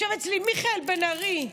ישב אצלי מיכאל בן ארי.